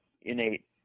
innate